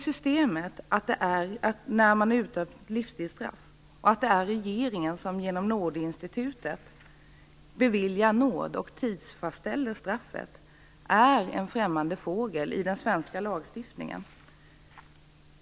Systemet att det vid livstidsstraff är regeringen som genom Nådeinstitutet beviljar nåd och fastställer straffets tid, är en främmande fågel i den svenska lagstiftningen.